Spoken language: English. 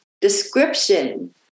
description